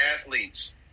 athletes